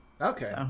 Okay